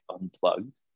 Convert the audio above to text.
unplugged